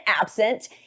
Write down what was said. absent